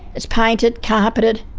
it's painted, carpeted.